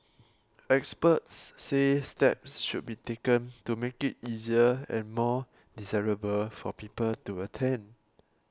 experts say steps should be taken to make it easier and more desirable for people to attend